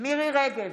מירי מרים רגב,